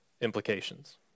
implications